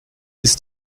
ist